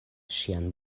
ŝian